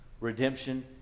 Redemption